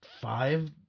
five